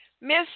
Miss